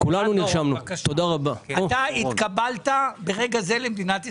אתה התקבלת ברגע זה למדינת ישראל.